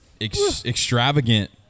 extravagant